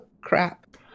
crap